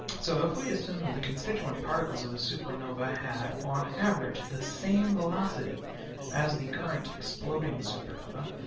so if we assume that the constituent particles of the supernova had, on average the same velocity as the current exploding supernova,